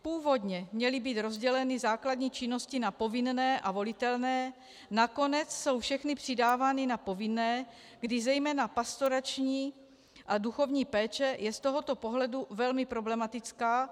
Původně měly být rozděleny základní činnosti na povinné a volitelné, nakonec jsou všechny přidávány na povinné, kdy zejména pastorační a duchovní péče je z tohoto pohledu velmi problematická.